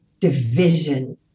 division